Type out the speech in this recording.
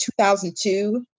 2002